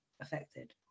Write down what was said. affected